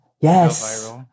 Yes